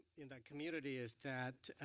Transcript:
in the community is that